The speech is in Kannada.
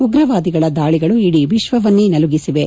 ಉಗ್ರವಾದಿಗಳ ದಾಳಿಗಳು ಇಡೀ ವಿಶ್ವವನ್ನೇ ನಲುಗಿಸಿವೆ